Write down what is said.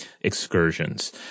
excursions